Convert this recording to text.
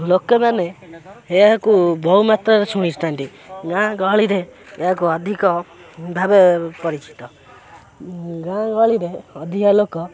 ଲୋକେମାନେ ଏହାକୁ ବହୁ ମାତ୍ରାରେ ଶୁଣିଥାନ୍ତି ଗାଁ ଗହଳିରେ ଏହାକୁ ଅଧିକ ଭାବେ ପରିଚିତ ଗାଁ ଗହଳିରେ ଅଧିକା ଲୋକ